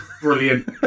Brilliant